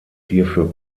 hierfür